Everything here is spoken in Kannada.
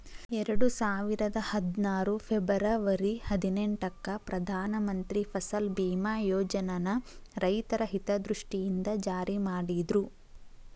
ಎರಡುಸಾವಿರದ ಹದ್ನಾರು ಫೆಬರ್ವರಿ ಹದಿನೆಂಟಕ್ಕ ಪ್ರಧಾನ ಮಂತ್ರಿ ಫಸಲ್ ಬಿಮಾ ಯೋಜನನ ರೈತರ ಹಿತದೃಷ್ಟಿಯಿಂದ ಜಾರಿ ಮಾಡಿದ್ರು